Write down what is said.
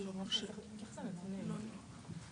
לא.